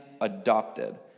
adopted